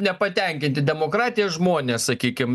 nepatenkinti demokratija žmonės sakykim